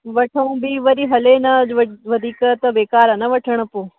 वठूं बि वरी हले न व वधीक त बेकारि आहे न वठण पोइ